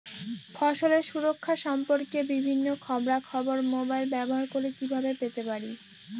ফসলের সুরক্ষা সম্পর্কে বিভিন্ন খবরা খবর মোবাইল ব্যবহার করে কিভাবে পেতে পারি?